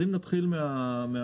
(הצגת מצגת) נתחיל מההיסטוריה,